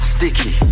Sticky